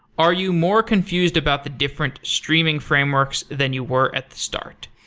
are you more confused about the different streaming frameworks than you were at the start?